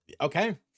Okay